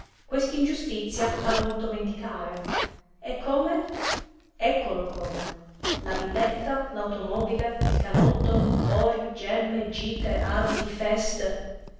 lui quest'ingiustizia ha voluto vendicare e come eccolo come la villetta l'automobile il canotto ori gemme gite abiti feste